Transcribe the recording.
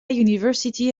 university